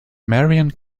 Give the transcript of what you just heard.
marion